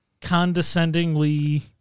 condescendingly